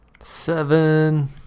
Seven